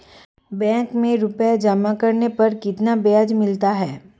Bank में रुपये जमा करने पर कितना ब्याज मिलता है?